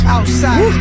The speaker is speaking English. Outside